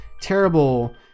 terrible